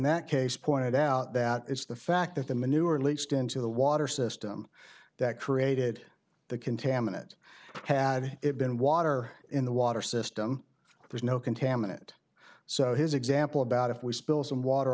that case pointed out that it's the fact that the manure at least into the water system that created the contaminants had it been water in the water system there's no contaminant so his example about if we spill some water